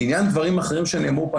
לעניין דברים אחרים שנאמרו פה,